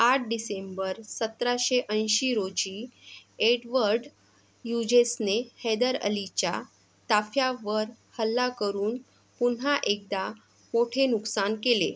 आठ डिसेंबर सतराशे ऐंशी रोजी एडवर्ड ह्युजेसने हैदर अलीच्या ताफ्यावर हल्ला करून पुन्हा एकदा मोठे नुकसान केले